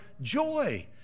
joy